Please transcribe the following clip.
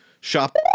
Shop